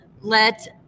Let